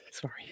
Sorry